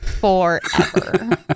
forever